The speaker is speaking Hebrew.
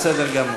בסדר גמור.